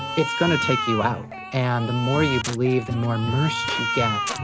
it's going to take you out and the more you believe, the more immersed you get.